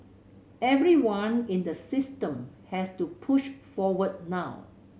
everyone in the system has to push forward now